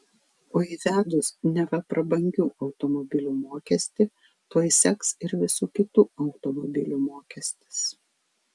o įvedus neva prabangių automobilių mokestį tuoj seks ir visų kitų automobilių mokestis